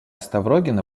ставрогина